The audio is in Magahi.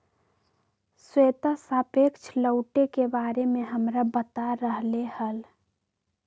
श्वेता सापेक्ष लौटे के बारे में हमरा बता रहले हल